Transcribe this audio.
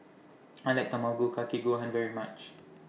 I like Tamago Kake Gohan very much